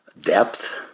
Depth